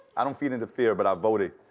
i don't feed into fear, but i voted.